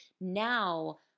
Now